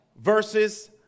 versus